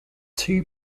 two